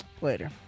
later